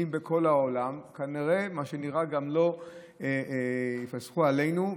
בכל העולם כנראה גם לא יפסחו עלינו,